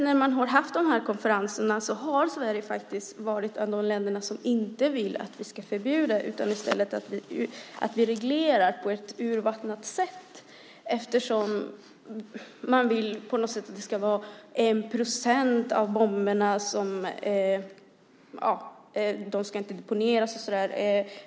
När det har hållits konferenser har Sverige varit ett av de länder som inte vill att man ska förbjuda utan i stället vill reglera det på ett urvattnat sätt, eftersom man vill att bara 1 procent av bomberna inte ska explodera.